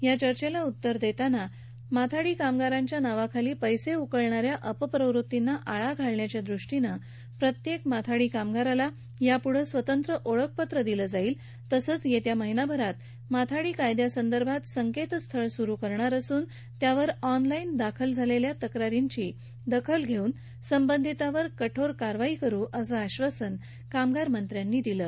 या चर्चेला उत्तर देताना माथाडी कामगारांच्या नावाखाली पैसे उकळणाऱ्या अपप्रवृत्तीना आळा घालण्याच्या दृष्टीनं प्रत्येक माथाडी कामगारांना यापुढे स्वतंत्र ओळखपत्र दिलं जाईल तसंच येत्या एक महिन्यात माथाडी कायद्यासंदर्भात संकेतस्थळ सुरू करणार असून यावर ऑनलाईन दाखल झालेल्या तक्रारींची दखल घेऊन संबंधितांवर कठोर कारवाई केली जाईल असं आश्वासन कामगारमंत्र्यांनी दिलं